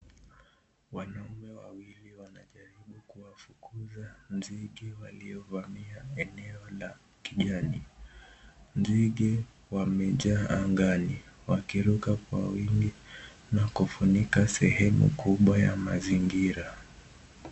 Wanaume wawili wanajaribu kuwafukuza nzige waliovamia eneo la kijani. Nzige wamejaa angani, wakiruka kwa wingi na kufunika sehemu kubwa ya mazingira.